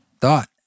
thought